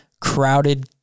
crowded